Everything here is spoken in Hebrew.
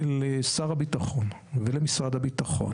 בתור אם שכולה מאוד נפגעתי ממשרד הביטחון.